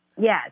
Yes